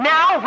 Now